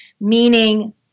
meaning